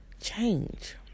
change